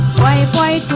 play by